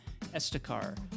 Estacar